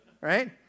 right